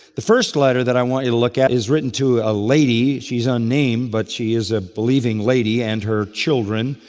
the first letter that i want you to look at is written to a lady. she's unnamed but she is a believing lady and her children.